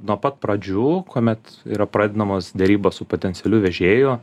nuo pat pradžių kuomet yra pradedamos derybos su potencialiu vežėju